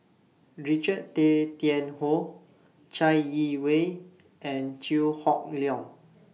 Richard Tay Tian Hoe Chai Yee Wei and Chew Hock Leong